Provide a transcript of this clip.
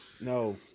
No